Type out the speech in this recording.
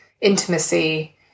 intimacy